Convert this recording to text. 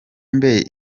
mbe